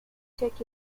check